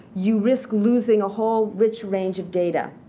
you risk losing a whole rich range of data.